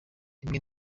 rimwe